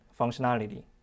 functionality